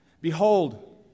Behold